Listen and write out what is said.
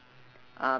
uh